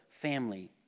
family